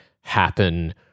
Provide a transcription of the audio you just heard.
happen